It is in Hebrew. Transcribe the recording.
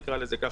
נקרא לזה ככה,